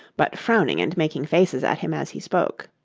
but frowning and making faces at him as he spoke.